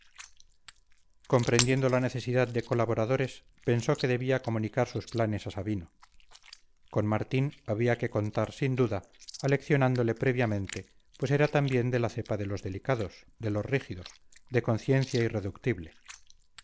comprendiendo la necesidad de colaboradores pensó que debía comunicar sus planes a sabino con martín había que contar sin duda aleccionándole previamente pues era también de la cepa de los delicados de los rígidos de conciencia irreductible